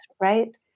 right